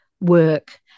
work